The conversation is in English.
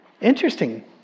interesting